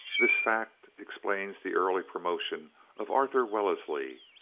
this fact explains the early promotion of arthur wellesley.